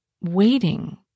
waiting